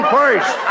first